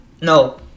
no